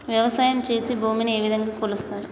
వ్యవసాయం చేసి భూమిని ఏ విధంగా కొలుస్తారు?